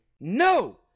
no